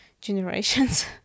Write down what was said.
generations